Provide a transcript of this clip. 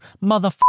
mother